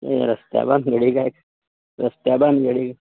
रस्त्या भानगडी काय रस्त्या भानगडी